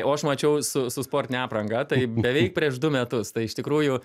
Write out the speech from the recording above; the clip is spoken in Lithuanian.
o aš mačiau su su sportine apranga tai beveik prieš du metus tai iš tikrųjų